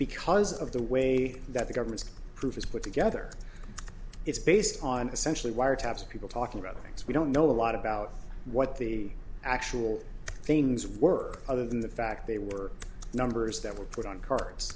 because of the way that the government proof is put together it's based on essentially wiretaps of people talking about things we don't know a lot about what the actual things were other than the fact they were numbers that were put on cards